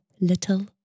little